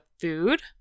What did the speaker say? food